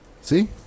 See